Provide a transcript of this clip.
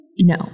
No